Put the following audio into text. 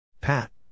Pat